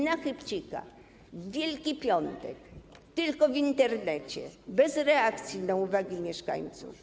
Na chybcika, w Wielki Piątek, tylko w Internecie, bez reakcji na uwagi mieszkańców.